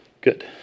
Good